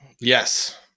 Yes